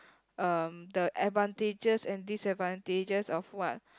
um the advantages and disadvantages of what